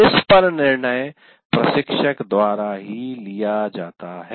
इस पर निर्णय प्रशिक्षक द्वारा लिया जाता है